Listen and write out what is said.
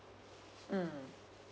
mm